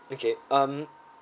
okay um